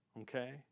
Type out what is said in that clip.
Okay